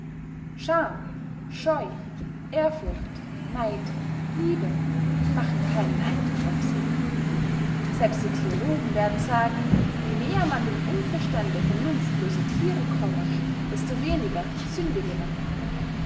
scham scheu ehrfurcht neid liebe machen keinen eindruck auf sie selbst die theologen werden sagen je näher man dem unverstande vernunftloser thiere komme desto weniger sündige man